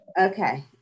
Okay